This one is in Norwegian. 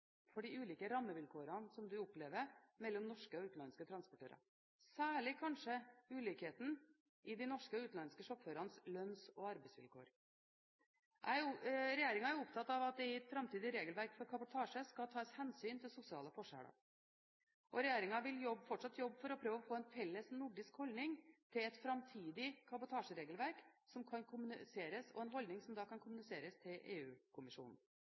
over de ulike rammevilkårene som de opplever mellom norske og utenlandske transportører – kanskje særlig ulikheten mellom de norske og de utenlandske sjåførenes lønns- og arbeidsvilkår. Regjeringen er opptatt av at det i et framtidig regelverk for kabotasje skal tas hensyn til sosiale forskjeller, og regjeringen vil fortsatt jobbe for å få en felles nordisk holdning til et framtidig kabotasjeregelverk – en holdning som kan kommuniseres til